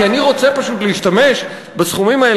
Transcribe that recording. כי אני פשוט רוצה להשתמש בסכומים האלה,